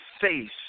face